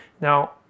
Now